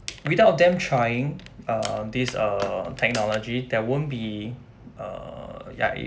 without them trying err this err technology there won't be err ya